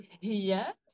Yes